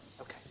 Okay